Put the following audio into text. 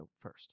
first